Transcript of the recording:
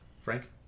Frank